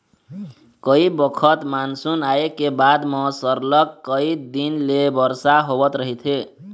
कइ बखत मानसून आए के बाद म सरलग कइ दिन ले बरसा होवत रहिथे